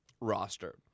roster